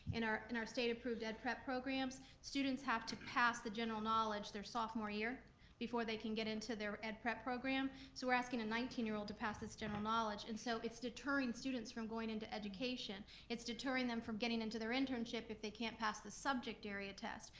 in our in our state approved ed prep programs, students have to pass the general knowledge their sophomore year before they can get into their ed prep program, so we're asking a nineteen year old to pass this general knowledge, and so it's deterring students from going into education. it's deterring them from getting into their internship if they can't pass the subject area test,